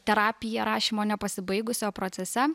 terapija rašymo ne pasibaigusi o procese